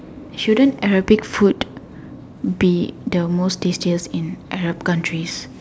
children aerobics food be the most tastiest in Arab countries